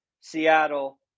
Seattle